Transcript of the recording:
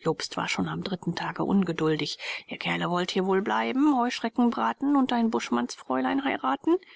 jobst war schon am dritten tage ungeduldig ihr kerle wollt hier wohl bleiben heuschrecken braten und ein buschmannsfräulein heiraten